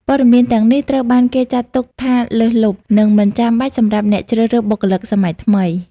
ព័ត៌មានទាំងនេះត្រូវបានគេចាត់ទុកថាលើសលប់ និងមិនចាំបាច់សម្រាប់អ្នកជ្រើសរើសបុគ្គលិកសម័យថ្មី។